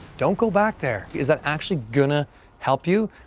don't go back there. is that actually gonna help you?